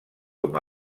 com